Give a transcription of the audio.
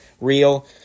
real